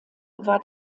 war